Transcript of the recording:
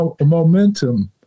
Momentum